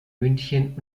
münchen